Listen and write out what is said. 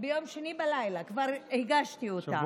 ביום שני בלילה כבר הגשתי אותה.